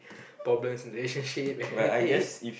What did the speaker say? problems in the relationship and everything